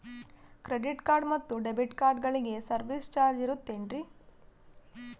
Credit card ಮತ್ತು debit ಕಾರ್ಡಗಳಿಗೆ service charge ಇರುತೇನ್ರಿ?